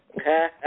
Okay